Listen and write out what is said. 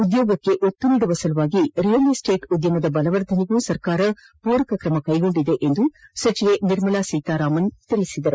ಉದ್ಯೋಗಕ್ಷೆ ಒತ್ತು ನೀಡುವ ಸಲುವಾಗಿ ರಿಯಲ್ಎಸ್ಸೇಟ್ ಉದ್ಯಮದ ಬಲವರ್ಧನೆಗೂ ಸರ್ಕಾರ ಪೂರಕ ಕ್ರಮ ಕೈಗೊಂಡಿದೆ ಎಂದು ಸಚಿವೆ ನಿರ್ಮಲಾ ಸೀತಾರಾಮನ್ ತಿಳಿಸಿದರು